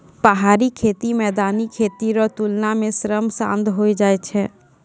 पहाड़ी खेती मैदानी खेती रो तुलना मे श्रम साध होय जाय छै